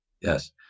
Yes